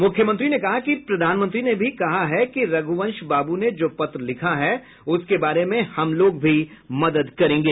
मुख्यमंत्री ने कहा कि प्रधानमंत्री ने भी कहा है कि रघुवंश बाबू ने जो पत्र लिखा है उसके बारे में हमलोग भी मदद करेंगे